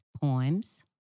poems